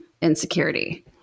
insecurity